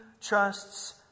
trusts